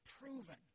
proven